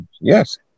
yes